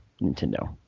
Nintendo